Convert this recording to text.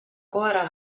koera